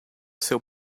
seu